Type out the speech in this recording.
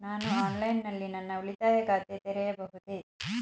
ನಾನು ಆನ್ಲೈನ್ ನಲ್ಲಿ ನನ್ನ ಉಳಿತಾಯ ಖಾತೆ ತೆರೆಯಬಹುದೇ?